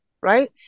right